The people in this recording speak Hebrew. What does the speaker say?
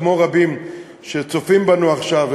כמו רבים שצופים בנו עכשיו,